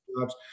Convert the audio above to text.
jobs